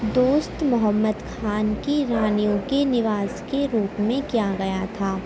دوست محمد خان کی رانیوں کے نواس کے روپ میں کیا گیا تھا